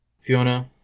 Fiona